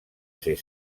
ser